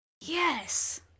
yes